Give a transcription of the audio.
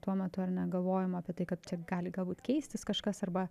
tuo metu ar ne galvojimo apie tai kaip čia gali galbūt keistis kažkas arba